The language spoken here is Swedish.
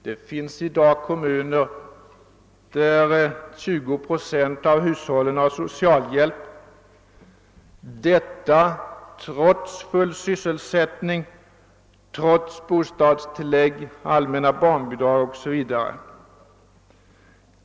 Det finns i dag kommuner i vilka 20 procent av hushållen uppbär socialhjälp — trots full sysselsättning, bostadstillägg, allmänna barnbidrag osv.